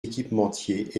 équipementiers